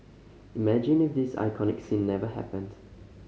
imagine if this iconic scene never happened